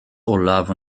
olaf